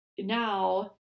now